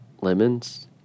Lemons